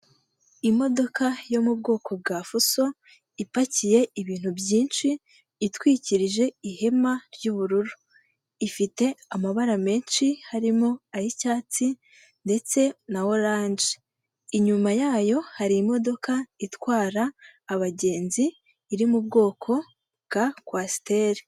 Imodoka yo mu bwoko bwa fuso ipakiye ibintu byinshi, itwikirije ihema ry'ubururu. Ifite amabara menshi harimo ay'icyatsi ndetse na oranje, inyuma yayo hari imodoka, itwara abagenzi iri mu bwoko bwa kwasiteri.